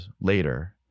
later